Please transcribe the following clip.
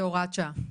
זה הוראות שעה.